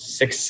six